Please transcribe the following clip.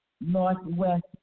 northwest